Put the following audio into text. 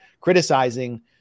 criticizing